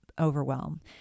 overwhelm